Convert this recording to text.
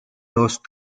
lost